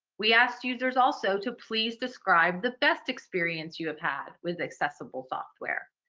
we asked users also to please describe the best experience you have had with accessible software.